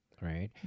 right